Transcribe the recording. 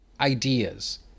ideas